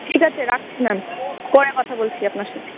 ঠিক আছে রাখছি ম্যাম পরে কথা বলছি আপনার সাথে